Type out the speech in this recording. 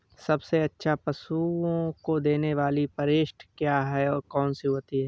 सबसे अच्छा पशुओं को देने वाली परिशिष्ट क्या है? कौन सी होती है?